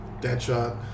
Deadshot